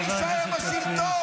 כדי להישאר בשלטון.